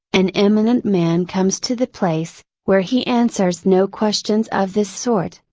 an eminent man comes to the place, where he answers no questions of this sort,